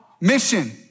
mission